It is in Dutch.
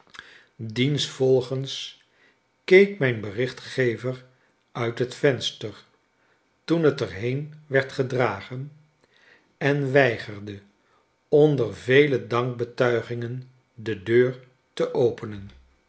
diensvolgens keek mijn berichtgever uit het venster toen het er heen werd gedragen en weigerde onder vele dankbetuigingen de deur te openen